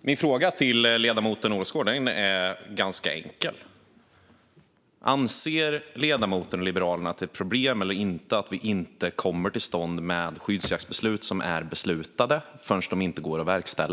Min fråga till ledamoten Olofsgård är enkel. Anser ledamoten och Liberalerna att det är ett problem att vi inte får till stånd skyddsjaktsbeslut som inte beslutas förrän efter att de inte går att verkställa?